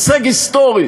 הישג היסטורי